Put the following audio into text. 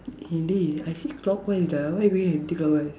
indeed I say clockwise ah why you going anticlockwise